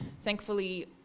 Thankfully